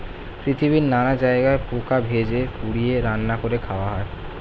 পৃথিবীর নানা জায়গায় পোকা ভেজে, পুড়িয়ে, রান্না করে খাওয়া হয়